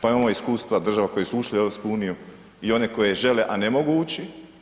Pa imamo iskustva država koje su ušle u EU i one koje žele a ne mogu ući.